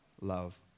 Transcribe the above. love